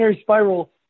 spiral